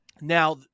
Now